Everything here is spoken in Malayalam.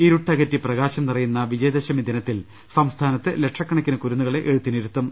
ഇരുട്ടകറ്റി പ്രകാശം നിറയുന്ന വിജയദശമി ദിനത്തിൽ സംസ്ഥാനത്ത് ലക്ഷക്കണക്കിന് കുരുന്നുകളെ എഴുത്തിനിരുത്തും